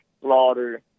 slaughter